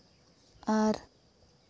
ᱟᱨ